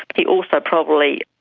but he also probably,